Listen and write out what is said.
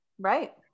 Right